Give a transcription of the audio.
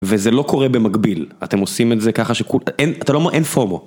וזה לא קורה במקביל, אתם עושים את זה ככה שכל... אין, אתה לא מ... אין פומו.